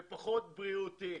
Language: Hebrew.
ופחות בריאותי.